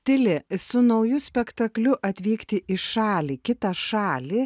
tili su nauju spektakliu atvykti į šalį kitą šalį